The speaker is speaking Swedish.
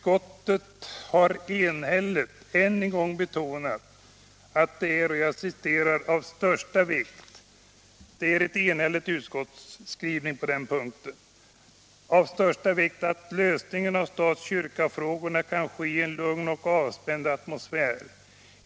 Ett enigt utskott har än en gång betonat att det är av största vikt ”att lösningen av stat-kyrka-frågorna kan ske i en lugn och avspänd atmosfär.